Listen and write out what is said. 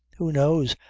who knows,